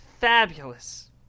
fabulous